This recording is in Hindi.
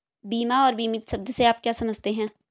बीमा और बीमित शब्द से आप क्या समझते हैं?